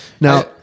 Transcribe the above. Now